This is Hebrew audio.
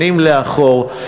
שנים לאחור,